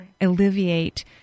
alleviate